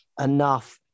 enough